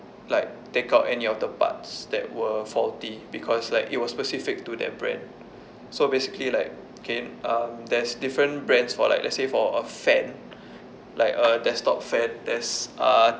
like take out any of the parts that were faulty because like it was specific to that brand so basically like kay um there's different brands for like let's say for a fan like a desktop fan there's uh